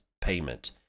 payment